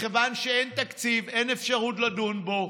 מכיוון שאין תקציב, אין אפשרות לדון בו,